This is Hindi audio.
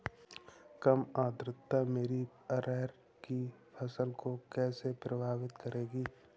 कम आर्द्रता मेरी अरहर की फसल को कैसे प्रभावित करेगी?